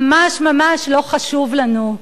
ממש ממש לא חשוב לנו,